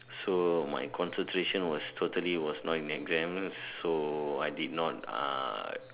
so my concentration was totally was not in exam so I did not ah